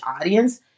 audience